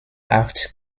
acht